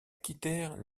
quittèrent